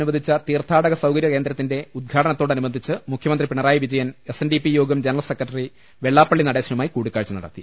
അനുവദിച്ച തീർത്ഥാ ടക സൌകര്യ കേന്ദ്രത്തിന്റെ ഉദ്ഘാടനത്തോടനുബന്ധിച്ച് മുഖ്യ മന്ത്രി Pinarayi Vijayan S N D P യോഗം ജനറൽ സെക്രട്ടറി വെള്ളാപ്പള്ളി നടേശനുമായി കൂടിക്കാഴ്ച നടത്തി